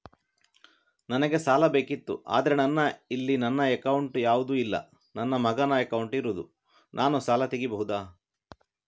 ನನಗೆ ಸಾಲ ಬೇಕಿತ್ತು ಆದ್ರೆ ಇಲ್ಲಿ ನನ್ನ ಅಕೌಂಟ್ ಯಾವುದು ಇಲ್ಲ, ನನ್ನ ಮಗನ ಅಕೌಂಟ್ ಇರುದು, ನಾನು ಸಾಲ ತೆಗಿಬಹುದಾ?